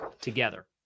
together